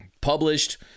published